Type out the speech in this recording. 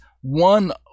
one